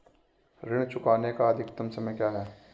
ऋण चुकाने का अधिकतम समय क्या है?